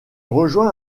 rejoint